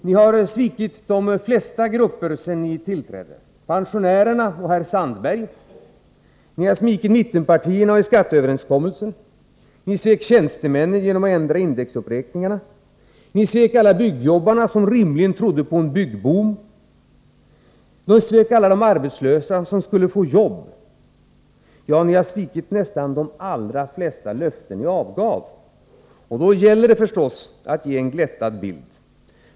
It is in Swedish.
Ni har svikit de flesta grupper sedan ni tillträdde: pensionärerna och herr Sandberg, mittenpartierna i skatteöverenskommelsen, tjänstemännen genom att ändra indexuppräkningarna. Ni svek alla byggjobbarna, som rimligen trodde på en byggboom. Ni svek alla de arbetslösa som skulle få jobb. Ja, ni har svikit nästan de allra flesta löften ni avgav. Då gäller det förstås att ge en glättad bild.